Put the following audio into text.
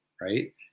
right